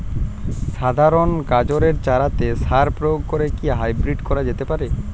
সাধারণ গাজরের চারাতে সার প্রয়োগ করে কি হাইব্রীড করা যেতে পারে?